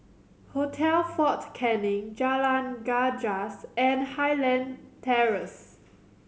Hotel Fort Canning Jalan Gajus and Highland Terrace